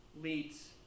Leads